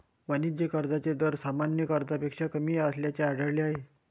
वाणिज्य कर्जाचे व्याज दर सामान्य कर्जापेक्षा कमी असल्याचे आढळले आहे